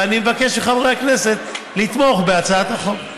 ואני מבקש מחברי הכנסת לתמוך בהצעת החוק.